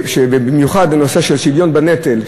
במיוחד הנושא של שוויון בנטל,